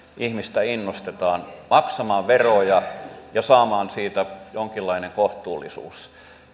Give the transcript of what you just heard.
ihmistä innostetaan maksamaan veroja ja saamaan siitä jonkinlainen kohtuullisuus